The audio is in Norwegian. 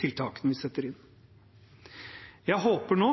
tiltakene vi setter inn. Jeg håper nå